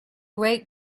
great